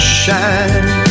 shine